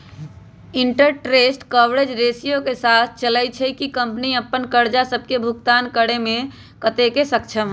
interest coverage ratio से थाह चललय छै कि कंपनी अप्पन करजा सभके भुगतान करेमें कतेक सक्षम हइ